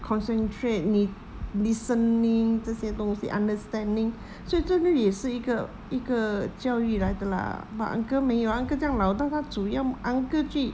concentrate 你 listening 这些东西 understanding 所以这个也是一个一个教育来的 lah but uncle 没有 uncle 这样老但他主要 uncle 去